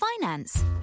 finance